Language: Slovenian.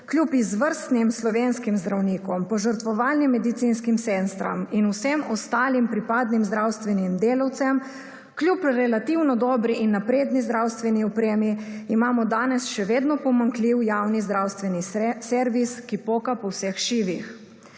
kljub izvrstnim slovenskim zdravnikom, požrtvovalnim medicinskim sestram in vsem ostalih pripadnim zdravstvenim delavcem, kljub relativno dobri in napredni zdravstveni opremi, imamo danes še vedno pomanjkljiv javni zdravstveni servis, ki poka po vseh šivih.